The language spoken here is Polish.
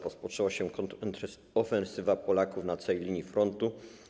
Rozpoczęła się kontrofensywa Polaków na całej linii frontu.